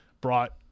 brought